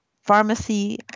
pharmacy